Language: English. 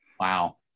Wow